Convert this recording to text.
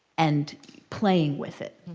and playing with it.